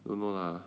don't know lah